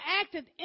acted